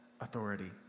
authority